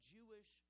Jewish